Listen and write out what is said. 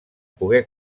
pogué